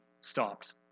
stopped